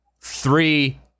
three